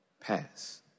pass